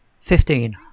Fifteen